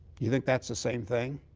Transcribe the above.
you think that's the same thing?